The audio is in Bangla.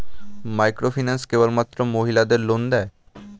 মাইক্রোফিন্যান্স কেবলমাত্র মহিলাদের লোন দেয়?